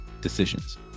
decisions